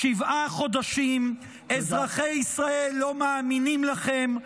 שבעה חודשים אזרחי ישראל לא מאמינים לכם,